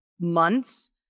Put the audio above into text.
months